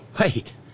wait